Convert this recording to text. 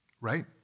right